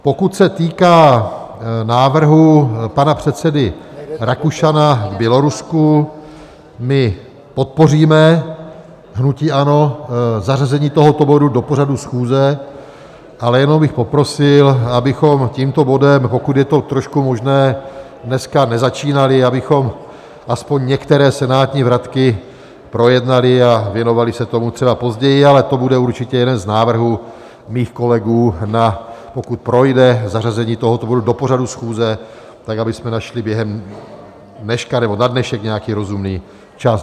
Pokud se týká návrhu pana předsedy Rakušana K Bělorusku, my podpoříme hnutí ANO zařazení tohoto bodu do pořadu schůze, ale jenom bych poprosil, abychom tímto bodem, pokud je to trošku možné, dneska nezačínali, abychom aspoň některé senátní vratky projednali a věnovali se tomu třeba později, ale to bude určitě jeden z návrhů mých kolegů, pokud projde zařazení tohoto bodu do pořadu schůze tak, abychom našli během dneška nebo na dnešek nějaký rozumný čas.